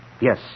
Yes